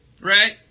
right